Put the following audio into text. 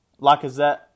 Lacazette